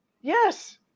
Yes